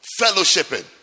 fellowshipping